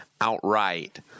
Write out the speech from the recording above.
outright